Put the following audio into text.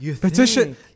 Petition